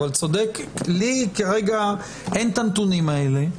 לי כרגע אין את הנתונים אלה.